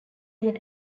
then